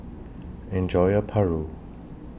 Enjoy your Paru